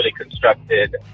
constructed